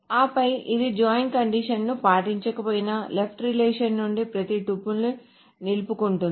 ఆపై ఇది జాయిన్ కండిషన్ను పాటించకపోయినా లెఫ్ట్ రిలేషన్ నుండి ప్రతి టుపుల్ను నిలుపుకుంటుంది